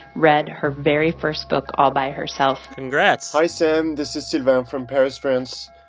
read her very first book all by herself congrats hi, sam. this is sylvan. i'm from paris, france.